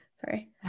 Sorry